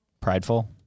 Prideful